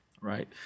right